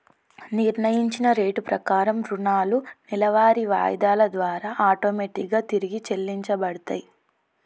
నిర్ణయించిన రేటు ప్రకారం రుణాలు నెలవారీ వాయిదాల ద్వారా ఆటోమేటిక్ గా తిరిగి చెల్లించబడతయ్